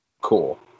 Cool